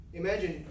imagine